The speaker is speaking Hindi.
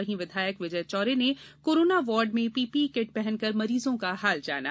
वहीँ विधायक विजय चौरे ने कोरोना वार्ड में पीपीई किट पहनकर मरीजों का हाल जाना